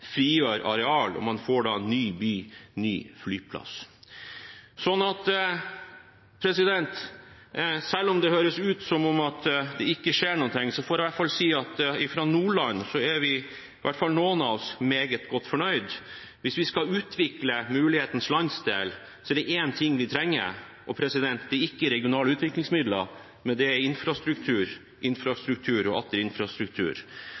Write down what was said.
frigjør areal, og man får da «Ny by – ny flyplass». Så selv om det høres ut som om det ikke skjer noe, får jeg i hvert fall si at i Nordland er vi – i hvert fall noen av oss – meget godt fornøyd. Hvis vi skal utvikle mulighetenes landsdel, er det én ting vi trenger. Det er ikke regionale utviklingsmidler, men det er infrastruktur, infrastruktur